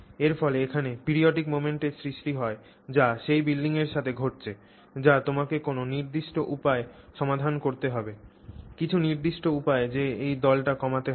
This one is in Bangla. এর ফলে এখানে periodic moment এর সৃষ্টি হয় যা সেই বিল্ডিংয়ের সাথে ঘটছে যা তোমাকে কোনও নির্দিষ্ট উপায়ে সমাধান করতে হবে কিছু নির্দিষ্ট উপায়ে এই দোলাটা কমাতে হবে